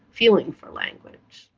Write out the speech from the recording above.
feeling for language,